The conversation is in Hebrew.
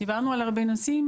דיברנו על הרבה נושאים,